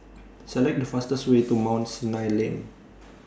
Select The fastest Way to Mount Sinai Lane